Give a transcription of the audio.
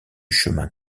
chemin